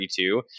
32